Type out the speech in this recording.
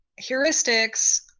heuristics